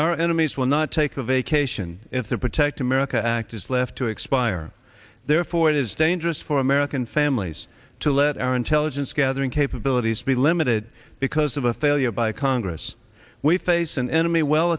our enemies will not take a vacation if the protect america act is left to expire therefore it is dangerous for american families to let our intelligence gathering capabilities be limited because of a failure by congress we face an enemy well